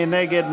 מי נגד?